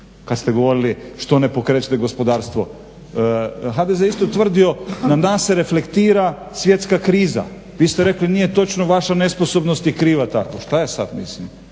kad ste govorili što ne pokrećete gospodarstvo. HDZ je isto tvrdio na nas se reflektira svjetska kriza. Vi ste rekli nije točno, vaša nesposobnost je kriva tako. Šta ja sad mislim?